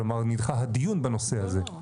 כלומר נדחה הדיון בנושא הזה.